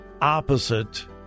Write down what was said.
opposite